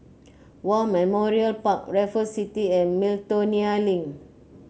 War Memorial Park Raffles City and Miltonia Link